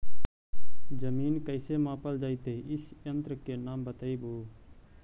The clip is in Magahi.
जमीन कैसे मापल जयतय इस यन्त्र के नाम बतयबु?